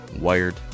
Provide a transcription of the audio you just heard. wired